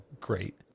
Great